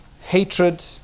hatred